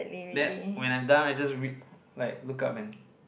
then when I'm done I just re~ like look up and